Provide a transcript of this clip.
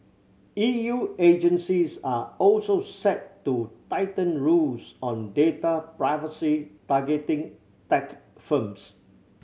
E U agencies are also set to tighten rules on data privacy targeting tech firms